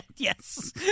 Yes